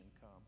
come